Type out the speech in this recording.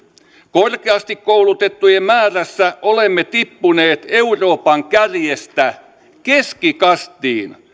korkeasti koulutettujen määrässä olemme tippuneet euroopan kärjestä keskikastiin